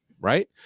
right